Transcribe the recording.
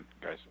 guys